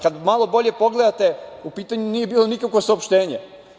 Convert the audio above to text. Kad malo bolje pogledate u pitanju nije bilo nikakvo saopštenje.